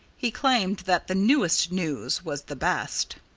he claimed that the newest news was the best.